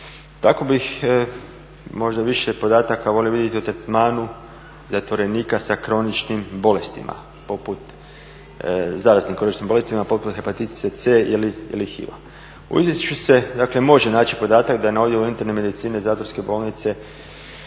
Tako bih možda više podataka volio vidjeti o tretmanu zatvorenika sa zaraznim kroničnim bolestima, poput hepatitisa C ili HIV-a. U izvješću se dakle može naći podatak da na odjelu interne medicine zatvorske bolnice